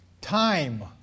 Time